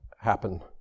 happen